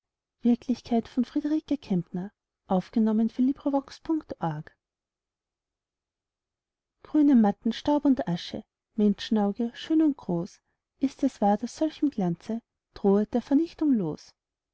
grüne matten staub und asche menschenauge schön und groß ist es wahr daß solchem glanze drohet der vernichtung los